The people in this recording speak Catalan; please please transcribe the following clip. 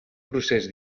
procés